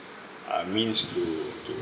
uh means to to